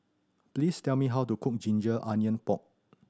please tell me how to cook ginger onion pork